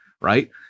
Right